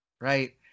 Right